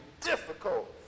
difficult